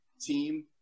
team